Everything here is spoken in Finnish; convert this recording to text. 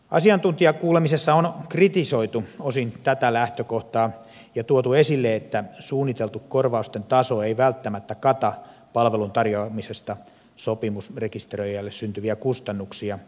asiantuntijakuulemisessa on kritisoitu osin tätä lähtökohtaa ja tuotu esille että suunniteltu korvausten taso ei välttämättä kata palvelun tarjoamisesta sopimusrekisteröijälle syntyviä kustannuksia